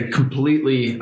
completely